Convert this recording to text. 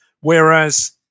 Whereas